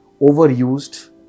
overused